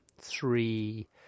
three